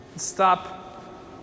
Stop